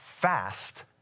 fast